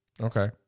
Okay